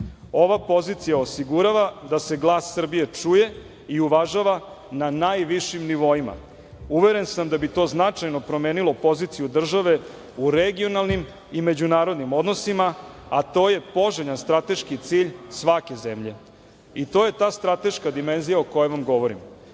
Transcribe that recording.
pozicija osigurava da se glas Srbije čuje i uvažava na najvišim nivoima. Uveren sam da bi to značajno promenilo poziciju države u regionalni i međunarodnim odnosima, a to je poželjan strateški cilj svake zemlje. I to je ta strateška dimenzija o kojoj vam govorim. Što